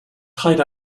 tied